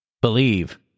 Believe